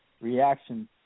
reaction